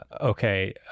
okay